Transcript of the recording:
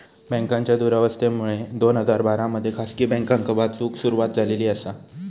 बँकांच्या दुरावस्थेमुळे दोन हजार बारा मध्ये खासगी बँकांका वाचवूक सुरवात झालेली आसा